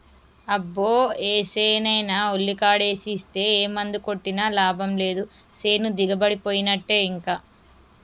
అబ్బో ఏసేనైనా ఉల్లికాడేసి ఇస్తే ఏ మందు కొట్టినా లాభం లేదు సేను దిగుబడిపోయినట్టే ఇంకా